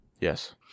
Yes